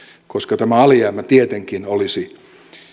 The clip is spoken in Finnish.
koska tämä alijäämä tietenkin olisi